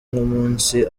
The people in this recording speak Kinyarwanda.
nk’umunsi